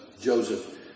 Joseph